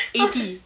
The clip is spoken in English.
eighty